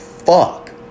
fuck